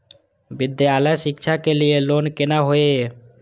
विद्यालय शिक्षा के लिय लोन केना होय ये?